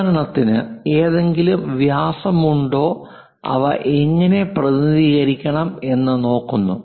ഉദാഹരണത്തിന് എന്തെങ്കിലും വ്യാസമുണ്ടോ അവ എങ്ങനെ പ്രതിനിധീകരിക്കണം എന്ന് നോക്കുന്നു